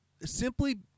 Simply